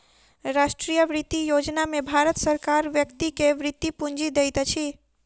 राष्ट्रीय वृति योजना में भारत सरकार व्यक्ति के वृति पूंजी दैत अछि